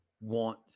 want